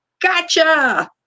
gotcha